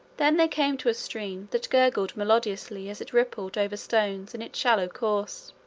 then they came to a stream that gurgled melodiously as it rippled over stones in its shallow course,